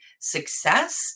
success